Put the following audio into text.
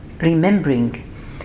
remembering